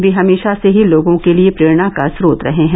वे हमेशा से ही लोगों के लिए प्रेरणा का स्रोत रहे हैं